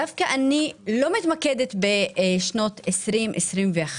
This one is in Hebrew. דווקא אני לא מתמקדת בשנים 20'-21'